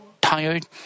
tired